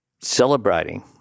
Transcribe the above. celebrating